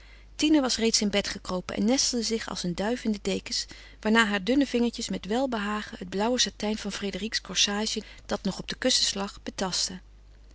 tine was reeds in bed gekropen en nestelde zich als een duif in de dekens waarna haar dunne vingertjes met welbehagen het blauwe satijn van frédérique's corsage dat nog op de kussens lag betastten